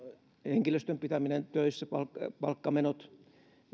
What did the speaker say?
henkilöstön pitäminen töissä palkkamenot